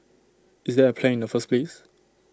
is there A plan in the first place